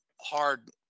hard